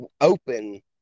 open